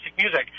music